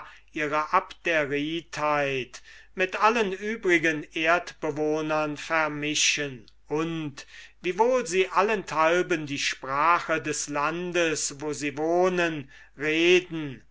ihrer abderitheit mit allen übrigen erdbewohnern vermischen und ungeachtet sie allenthalben die sprache des landes wo sie wohnen reden